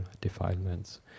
defilements